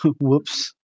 Whoops